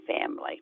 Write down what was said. family